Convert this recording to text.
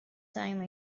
time